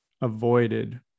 avoided